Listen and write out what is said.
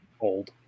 old